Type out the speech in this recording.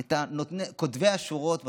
את כותבי השורות בסוף: